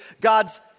God's